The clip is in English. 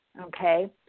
okay